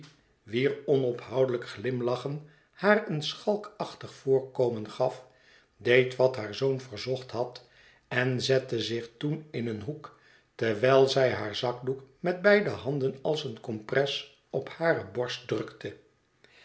onophoudelijk glimlachen haar een schalkachtig voorkomen gaf deed wat haar zoon verzocht had en zette zich toen in een hoek terwijl zij haar zakdoek met beide handen als een compres op hare borst drukte